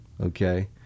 Okay